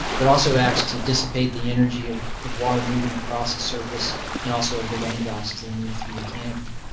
but also acts to dissipate the energy of of water moving across the surface and also of the rain drops as they move through the canopy.